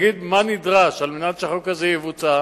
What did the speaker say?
ותגיד מה נדרש על מנת שהחוק הזה יבוצע